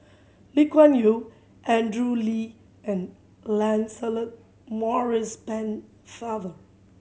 Lee Kuan Yew Andrew Lee and Lancelot Maurice Pennefather